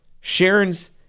Sharon's